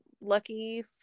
Lucky